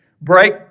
break